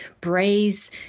braise